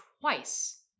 twice